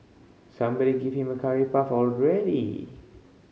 somebody give him a curry puff already